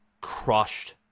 crushed